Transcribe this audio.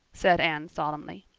said anne solemnly.